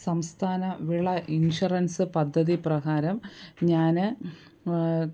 സംസ്ഥാന വിള ഇൻഷുറൻസ് പദ്ധതി പ്രകാരം ഞാൻ